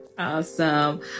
awesome